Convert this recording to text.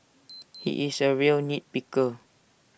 he is A real nit picker